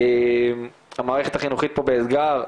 המערכת החינוכית פה באתגר,